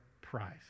prize